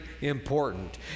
important